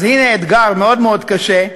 אז הנה אתגר מאוד מאוד קשה.